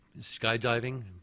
Skydiving